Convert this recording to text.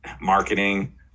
marketing